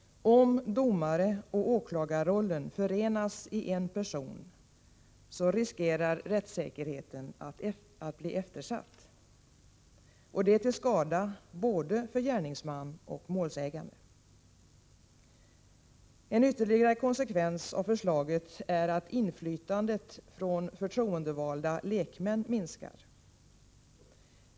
Om domaroch åklagarrollen förenas i en person riskerar rättssäkerheten att bli eftersatt. Det är till skada för både gärningsman och målsägande. En ytterligare konsekvens av förslaget är att inflytandet från förtroendevalda lekmän minskar.